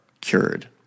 cured